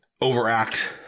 overact